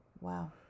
Wow